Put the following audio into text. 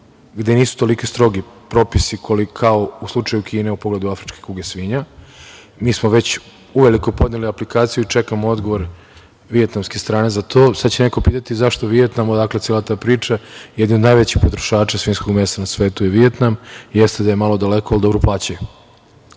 gde nisu toliko strogi propisi kao u slučaju Kine u pogledu afričke kuge svinja. Mi smo već uveliko podneli aplikaciju i čekamo odgovor vijetnamske strane za to. Sad će neko pitati - zašto Vijetnam, odakle cela ta priča? Jedan od najvećih potrošača svinjskog mesa na svetu jeste Vijetnam, jeste da je malo daleko, ali dobro plaćaju. Što